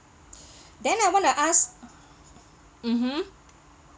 then I wanna ask mmhmm